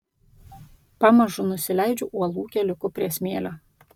pamažu nusileidžiu uolų keliuku prie smėlio